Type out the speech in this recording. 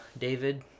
David